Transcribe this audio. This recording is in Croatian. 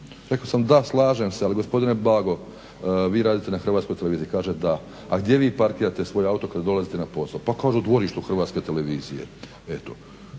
Rekao sam da, slažem se ali gospodine Bago vi radite na Hrvatskoj televiziji, kaže da. A gdje vi parkirate svoj auto kad dolazite na posao? Pa kaže u dvorištu Hrvatske televizije,